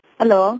Hello